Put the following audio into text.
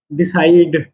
decide